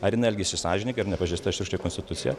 ar jinai elgėsi sąžiningai ar nepažeista šiurkščiai konstitucija